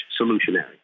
Solutionary